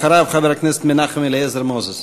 אחריו, חבר הכנסת מנחם אליעזר מוזס.